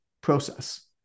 process